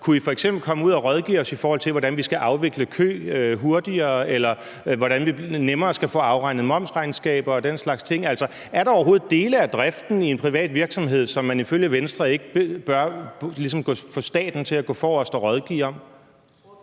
Kunne I f.eks. komme ud og rådgive os, i forhold til hvordan vi skal afvikle en kø hurtigere eller hvordan vi nemmere skal få afregnet moms og den slags ting? Altså, er der overhovedet dele af driften i en privat virksomhed, som man ifølge Venstre ikke ligesom bør få staten til at gå forrest og rådgive om?